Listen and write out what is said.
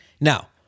Now